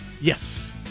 Yes